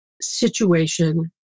situation